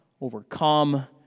overcome